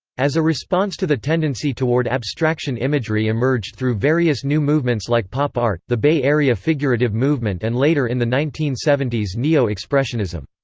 as a response to the tendency toward abstraction imagery emerged through various new movements like pop art, the bay area figurative movement and later in the nineteen seventy s neo-expressionism.